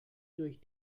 durch